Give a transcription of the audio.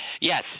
Yes